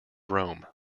rome